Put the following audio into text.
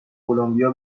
کلمبیا